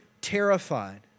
terrified